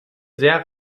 sehr